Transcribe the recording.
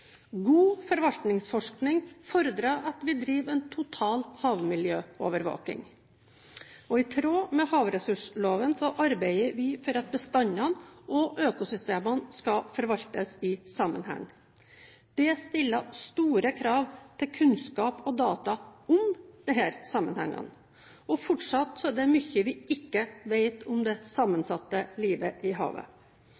God forvaltningsforskning fordrer at vi driver en total havmiljøovervåking. I tråd med havressursloven arbeider vi for at bestandene og økosystemene skal forvaltes i sammenheng. Det stiller store krav til kunnskap og data om disse sammenhengene. Fortsatt er det mye vi ikke vet om det